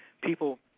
People